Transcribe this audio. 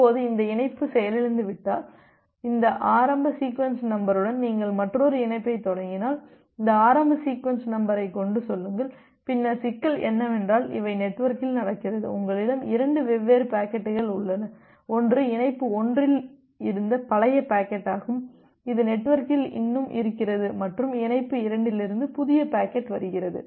இப்போது இந்த இணைப்பு செயலிழந்துவிட்டால் இந்த ஆரம்ப சீக்வென்ஸ் நம்பருடன் நீங்கள் மற்றொரு இணைப்பைத் தொடங்கினால் இந்த ஆரம்ப சீக்வென்ஸ் நம்பரைக் கொண்டு சொல்லுங்கள் பின்னர் சிக்கல் என்னவென்றால் இவை நெட்வொர்க்கில் நடக்கிறது உங்களிடம் 2 வெவ்வேறு பாக்கெட்டுகள் உள்ளன ஒன்று இணைப்பு 1ல் இருந்த பழைய பாக்கெட் ஆகும் இது நெட்வொர்க்கில் இன்னும் இருக்கிறது மற்றும் இணைப்பு 2 இலிருந்து புதிய பாக்கெட் வருகிறது